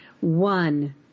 One